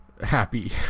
happy